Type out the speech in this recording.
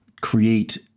create